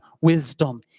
wisdom